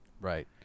Right